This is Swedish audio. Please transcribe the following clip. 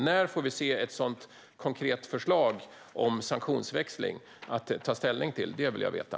När får vi ett konkret förslag om sanktionsväxling att ta ställning till? Det vill jag veta.